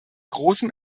großem